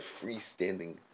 freestanding